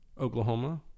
Oklahoma